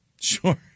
Sure